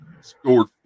scored